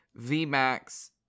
VMAX